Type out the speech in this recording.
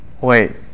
wait